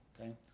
okay